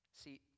See